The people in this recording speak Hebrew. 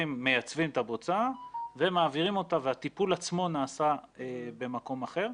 אז אנחנו מייצבים את הבוצה ומעבירים אותה והטיפול עצמו נעשה במקום אחר.